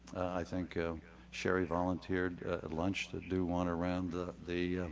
i think shari volunteered at lunch to do one around the the